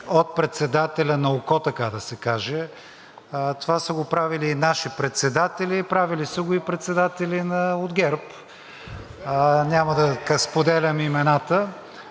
от председателя на око, така да се каже, това са го правили и наши председатели, правили са го и председатели от ГЕРБ. Няма да споделям имената.